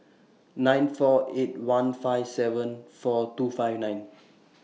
nine four eight one five seven four two five nine